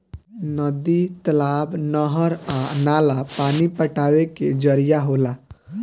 नदी, तालाब, नहर आ नाला पानी पटावे के जरिया होला